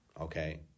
okay